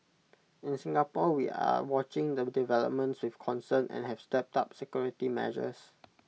in Singapore we are watching the developments with concern and have stepped up security measures